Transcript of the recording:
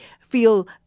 feel